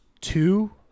two